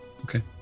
okay